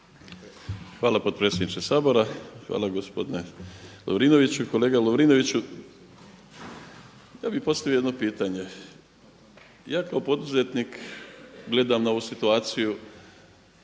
Hvala potpredsjedniče Sabora. Hvala gospodine Lovrinoviću. Kolega Lovrinoviću ja bi postavio jedno pitanje, ja kao poduzetnik gledam na ovu situaciju